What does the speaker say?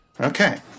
okay